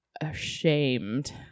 ashamed